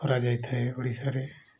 କରାଯାଇଥାଏ ଓଡ଼ିଶାରେ